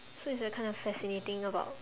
so it's a kind of fascinating about